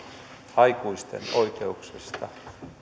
aikuisten oikeuksista